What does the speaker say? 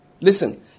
Listen